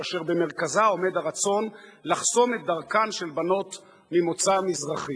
ואשר במרכזה עומד הרצון לחסום את דרכן של בנות ממוצא מזרחי.